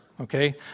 Okay